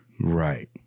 Right